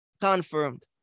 Confirmed